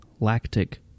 lactic